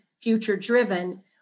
future-driven